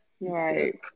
Right